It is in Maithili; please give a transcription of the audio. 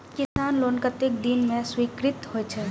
किसान लोन कतेक दिन में स्वीकृत होई छै?